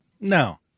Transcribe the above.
No